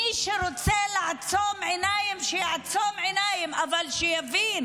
מי שרוצה לעצום עיניים, שיעצום עיניים, אבל שיבין